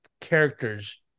characters